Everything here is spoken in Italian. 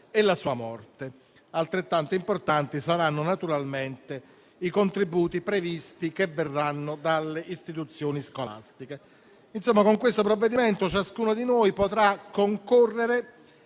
e la sua morte. Altrettanto importanti saranno naturalmente i contributi previsti, che verranno dalle istituzioni scolastiche. Insomma, con il provvedimento in esame ciascuno di noi potrà concorrere